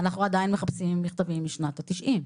אנחנו עדיין מחפשים מכתבים משנות ה-90,